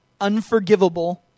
unforgivable